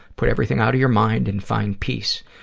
put everything out of your mind and find peace.